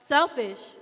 Selfish